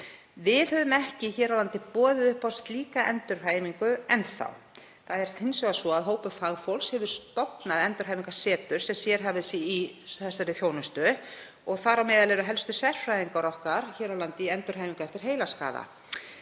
Við höfum ekki boðið upp á slíka endurhæfingu enn þá hér á landi. Það er hins vegar svo að hópur fagfólks hefur stofnað endurhæfingarsetur sem sérhæfir sig í þessari þjónustu og þar á meðal eru helstu sérfræðingar okkar hér á landi í endurhæfingu eftir heilaskaða.